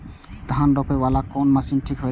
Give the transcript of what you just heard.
धान रोपे वाला कोन मशीन ठीक होते?